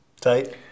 Tight